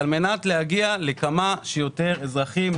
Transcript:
על מנת להגיע לכמה שיותר אזרחים,